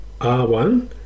R1